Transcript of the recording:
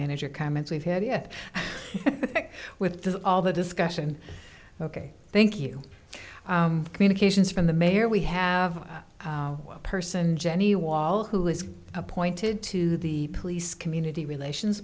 manager comments we've had yet with all the discussion ok thank you communications from the mayor we have a person jenny wall who is appointed to the police community relations